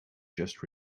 just